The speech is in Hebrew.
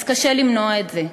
אז קשה למנוע את זה,